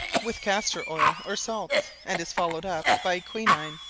with castor-oil or salts, and is followed up by quinine.